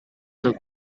look